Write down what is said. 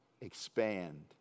expand